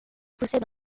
possède